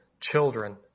children